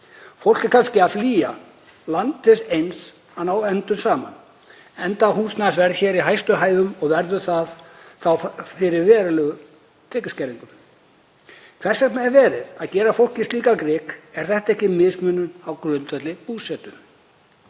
Fólk er kannski að flýja land til þess eins að ná endum saman, enda er húsnæðisverð í hæstu hæðum, og verður fólk þá fyrir verulegum tekjuskerðingum. Hvers vegna er verið að gera fólki slíkan grikk? Er þetta ekki mismunun á grundvelli búsetu?